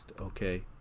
okay